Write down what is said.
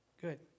Good